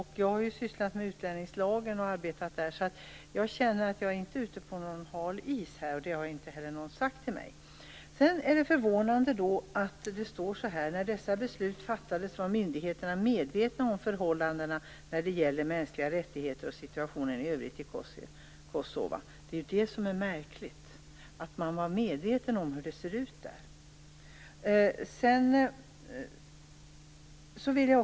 Jag har sysslat med utlänningslagen och arbetat där, så jag känner att jag inte är ute på hal is - det har heller ingen sagt till mig. Det är förvånande att det i svaret står så här: "När dessa beslut fattades var myndigheterna medvetna om förhållandena när det gäller mänskliga rättigheter och situationen i övrigt i Kosovo." Det är märkligt att man var medveten om hur det såg ut där.